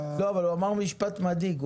לא, אבל הוא אמר משפט מדאיג.